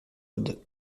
mode